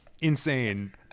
insane